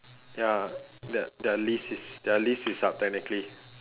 ya their their lease is their lease is up technically